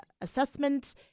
assessment